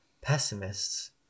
pessimists